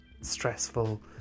stressful